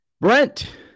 Brent